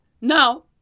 Now